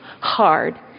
hard